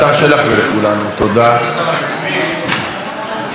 ועכשיו לחוק שלפנינו.